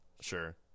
Sure